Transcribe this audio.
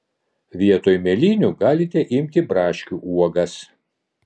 vietoj mėlynių galite imti braškių uogas